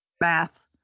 Math